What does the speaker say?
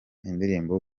indirimbo